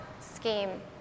scheme